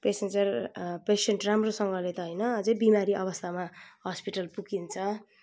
passenger patient राम्रोसँगले त होइन अझ बिमारी अवस्थामा हस्पिटल पुगिन्छ